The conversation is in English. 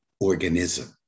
organism